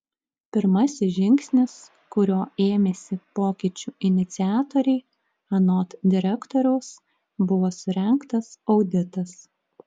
pirmasis žingsnis kurio ėmėsi pokyčių iniciatoriai anot direktoriaus buvo surengtas auditas